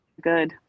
good